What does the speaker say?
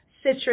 citrus